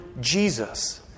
Jesus